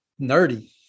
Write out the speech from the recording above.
nerdy